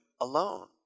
alone